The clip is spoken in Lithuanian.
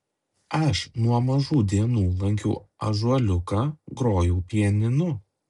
aš nuo mažų dienų lankiau ąžuoliuką grojau pianinu